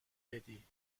بدی